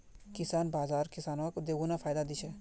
किसान बाज़ार किसानक दोगुना फायदा दी छे